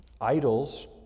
Idols